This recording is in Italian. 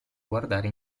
guardare